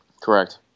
Correct